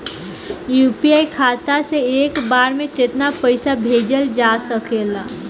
UPI खाता से एक बार म केतना पईसा भेजल जा सकेला?